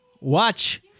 watch